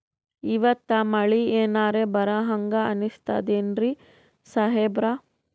ಇವತ್ತ ಮಳಿ ಎನರೆ ಬರಹಂಗ ಅನಿಸ್ತದೆನ್ರಿ ಸಾಹೇಬರ?